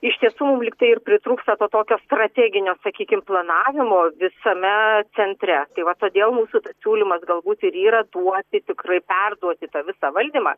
iš tiesų lyg tai ir pritrūksta to tokio strateginio sakykim planavimo visame centre tai va todėl mūsų pasiūlymas galbūt ir yra duoti tikrai perduoti tą visą valdymą